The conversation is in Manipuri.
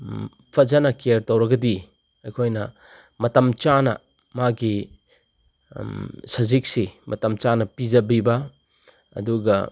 ꯐꯖꯅ ꯀꯤꯌꯔ ꯇꯧꯔꯒꯗꯤ ꯑꯩꯈꯣꯏꯅ ꯃꯇꯝ ꯆꯥꯅ ꯃꯥꯒꯤ ꯁꯖꯤꯛꯁꯦ ꯃꯇꯝ ꯆꯥꯅ ꯄꯤꯖꯕꯤꯕ ꯑꯗꯨꯒ